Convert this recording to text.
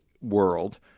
world